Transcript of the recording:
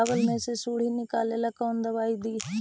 चाउर में से सुंडी निकले ला कौन दवाई दी?